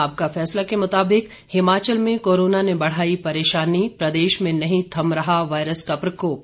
आपका फैसला के मुताबिक हिमाचल में कोरोना ने बढ़ाई परेशानी प्रदेश में नहीं थम रहा वायरस का प्रकोप